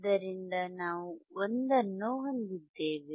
ಆದ್ದರಿಂದ ನಾವು 1 ಅನ್ನು ಹೊಂದಿದ್ದೇವೆ